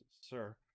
sir